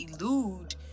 elude